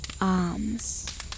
arms